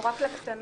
או רק לקטנות.